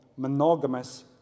monogamous